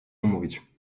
umówić